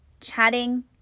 chatting